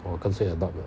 oh 跟谁 adopt